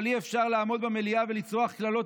אבל אי-אפשר לעמוד במליאה ולצרוח קללות